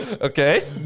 Okay